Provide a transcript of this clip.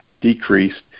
decreased